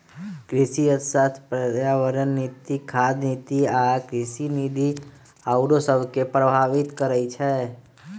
कृषि अर्थशास्त्र पर्यावरण नीति, खाद्य नीति आ कृषि नीति आउरो सभके प्रभावित करइ छै